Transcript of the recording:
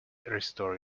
restore